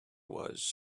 was